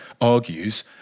argues